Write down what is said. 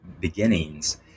beginnings